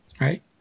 right